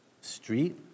street